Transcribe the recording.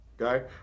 Okay